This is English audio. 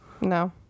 no